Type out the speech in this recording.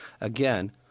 again